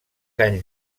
anys